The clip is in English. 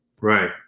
Right